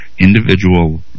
Individual